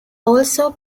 also